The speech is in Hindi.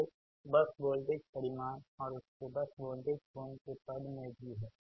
तो बस वोल्टेज परिमाण और उसके बस वोल्टेज कोण के पद में भी है